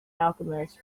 alchemist